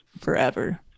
forever